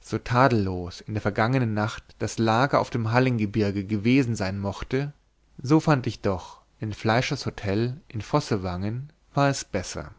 so tadellos in der vergangenen nacht das lager auf dem hallinggebirge gewesen sein mochte fand ich doch in fleischers hotel in vossevangen war es besser